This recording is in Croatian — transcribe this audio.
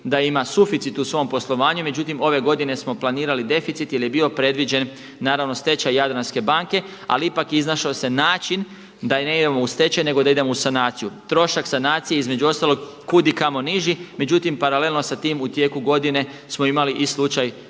da ima suficit u svom poslovanju. Međutim, ove godine smo planirali deficit jer je bio predviđen naravno stečaj Jadranske banke, ali ipak iznašao se način da ne idemo u stečaj, nego da idemo u sanaciju. Trošak sanacije između ostalog kud i kamo niži, međutim paralelno sa tim u tijeku godine smo imali i slučaj